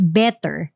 better